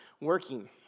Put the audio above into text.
working